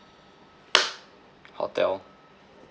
hotel